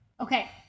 Okay